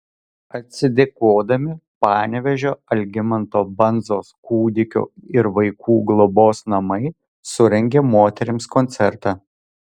atsidėkodami panevėžio algimanto bandzos kūdikių ir vaikų globos namai surengė moterims koncertą